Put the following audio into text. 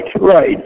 right